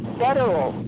federal